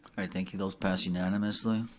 thank you, those pass unanimously.